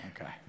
okay